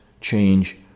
change